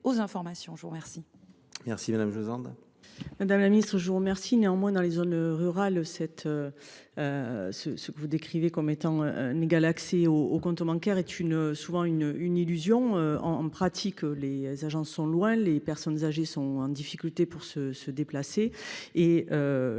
Je vous remercie